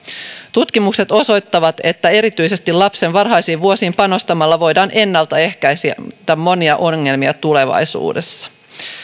tutkimukset osoittavat että erityisesti lapsen varhaisiin vuosiin panostamalla voidaan ennaltaehkäistä monia ongelmia tulevaisuudessa